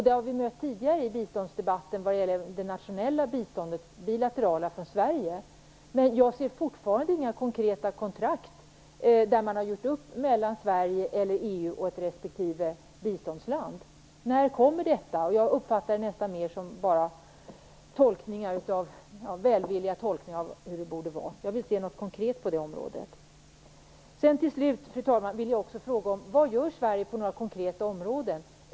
Det har vi mött tidigare i debatten gällande det nationella, bilaterala biståndet från Sverige. Men jag ser fortfarande inga konkreta kontrakt där man har gjort upp mellan Sverige eller EU och respektive biståndsland. När kommer det? Jag uppfattar nästan det här mer bara som välvilliga tolkningar av hur det borde vara. Jag vill se något konkret på det området. Till slut, fru talman, vill jag också fråga vad Sverige gör på några konkreta områden.